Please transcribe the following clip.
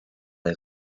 del